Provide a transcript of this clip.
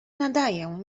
nadaję